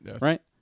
right